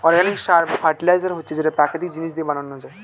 organic সার বা fertiliser হচ্ছে যেটা প্রাকৃতিক জিনিস দিয়ে বানানো হয়